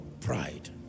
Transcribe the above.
pride